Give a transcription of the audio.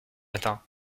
matin